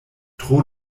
tro